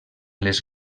les